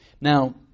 Now